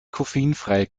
koffeinfreie